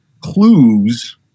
clues